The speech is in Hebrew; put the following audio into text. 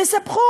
תספחו.